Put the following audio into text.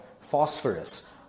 phosphorus